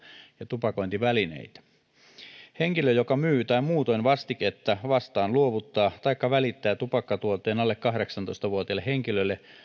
ja tupakointivälineitä sadasyhdeksäs pykälä henkilö joka myy tai muutoin vastiketta vastaan luovuttaa taikka välittää tupakkatuotteen alle kahdeksantoista vuotiaalle henkilölle